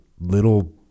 little